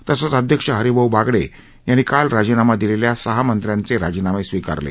तसंच अध्यक्ष हरीभाऊ बागडे यांनी काल राजीनामा दिलेल्या सहा मंत्र्यांचे राजीनामे स्वीकारले